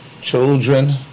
children